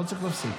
לא צריך להפסיק.